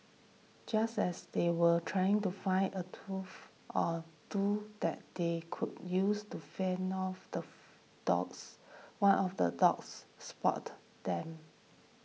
just as they were trying to find a or two that they could use to fend off the dogs one of the dogs spotted them